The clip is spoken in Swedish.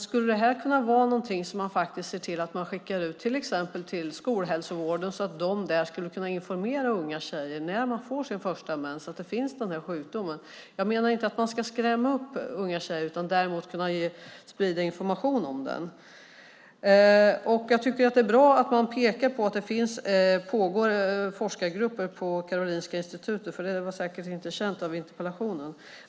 Skulle det kunna vara någonting att man ser till att skicka ut information till skolhälsovården så att de där informerar unga tjejer när de får sin första mens att den här sjukdomen finns? Jag menar inte att man ska skrämma upp unga tjejer. Däremot ska man kunna sprida information om sjukdomen. Det är bra att man pekar på att det finns forskargrupper på Karolinska Institutet. Det var säkert inte känt av interpellanten.